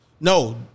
No